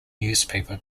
newspaper